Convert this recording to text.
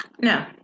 No